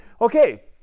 Okay